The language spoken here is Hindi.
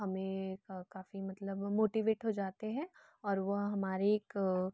हमें काफ़ी मतलब मोटिवेट हो जाते हैं और वह हमारे एक